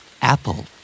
Apple